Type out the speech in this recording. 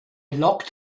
locked